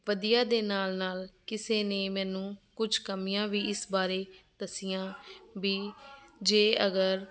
ਵਧੀਆ ਦੇ ਨਾਲ ਨਾਲ ਕਿਸੇ ਨੇ ਮੈਨੂੰ ਕੁਛ ਕਮੀਆਂ ਵੀ ਇਸ ਬਾਰੇ ਦੱਸੀਆਂ ਵੀ ਜੇ ਅਗਰ